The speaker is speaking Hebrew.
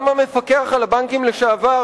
גם המפקח על הבנקים לשעבר,